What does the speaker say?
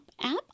app